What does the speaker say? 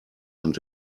und